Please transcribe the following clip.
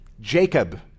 Jacob